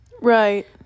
Right